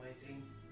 Waiting